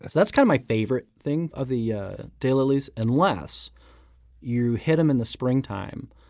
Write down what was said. that's kind of my favorite thing of the ah daylilies, unless you hit them in the springtime,